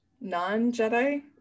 non-Jedi